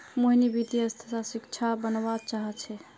मोहिनी वित्तीय अर्थशास्त्रक शिक्षिका बनव्वा चाह छ